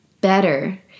better